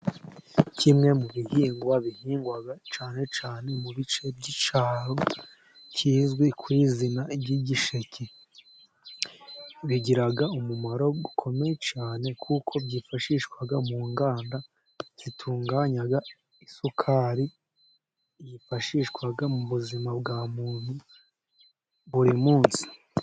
Kimwe mu bihingwa, bihingwa cyane cyane mu bice by'icyaro kizwi ku izina ry'igisheke, bigira umumaro ukomeye cyane, kuko byifashishwa mu nganda, zitunganya isukari yifashishwa mu buzima bwa muntu, buri munsi.